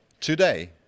today